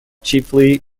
chiefly